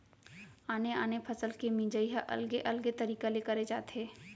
आने आने फसल के मिंजई ह अलगे अलगे तरिका ले करे जाथे